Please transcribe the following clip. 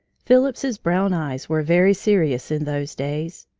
phillips's brown eyes were very serious in those days.